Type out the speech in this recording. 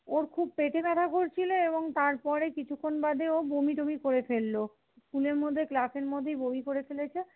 ওর খুব পেটে ব্যথা করছিল এবং তারপরে কিছুক্ষণ বাদে ও বমি টমি করে ফেললো স্কুলের মধ্যে ক্লাসের মধ্যেই বমি করে ফেলেছে